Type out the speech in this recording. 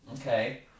Okay